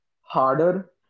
harder